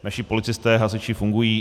Naši policisté a hasiči fungují.